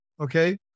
Okay